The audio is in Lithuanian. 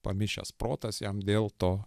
pamišęs protas jam dėl to